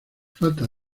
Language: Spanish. falta